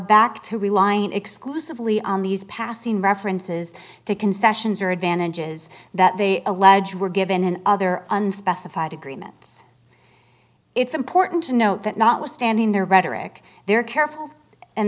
back to relying exclusively on these passing references to concessions or advantages that they allege were given in other unspecified agreements it's important to note that notwithstanding their rhetoric they're careful and